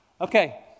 Okay